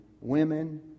women